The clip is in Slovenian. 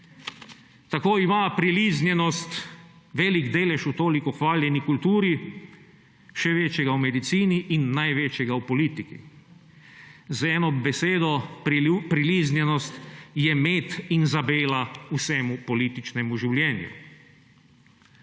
Tako ima priliznjenost velik delež v toliko hvaljeni kulturi, še večjega v medicini in največjega v politiki. Z eno besedo priliznjenost je med in zabela vsemu političnemu življenju.